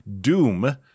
Doom